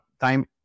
time